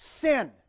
sin